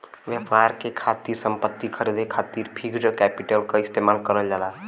व्यापार के खातिर संपत्ति खरीदे खातिर फिक्स्ड कैपिटल क इस्तेमाल करल जाला